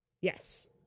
Yes